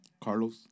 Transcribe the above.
Carlos